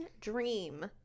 dream